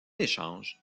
échange